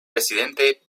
presidente